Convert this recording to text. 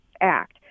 act